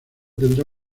tendrá